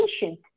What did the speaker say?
patient